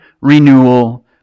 renewal